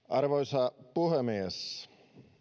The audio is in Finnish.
arvoisa puhemies